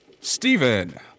Stephen